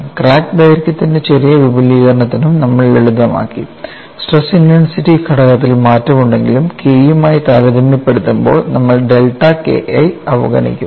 crack ദൈർഘ്യത്തിന്റെ ചെറിയ വിപുലീകരണത്തിനും നമ്മൾ ലളിതമാക്കി സ്ട്രെസ് ഇന്റെൻസിറ്റി ഘടകത്തിൽ മാറ്റമുണ്ടാകാമെങ്കിലും K യുമായി താരതമ്യപ്പെടുത്തുമ്പോൾ നമ്മൾ ഡെൽറ്റ K I യെ അവഗണിക്കും